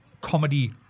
comedy